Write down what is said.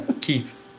Keith